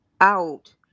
out